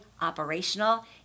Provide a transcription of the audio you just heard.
operational